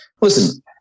listen